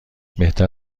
بهتر